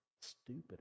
Stupid